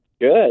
Good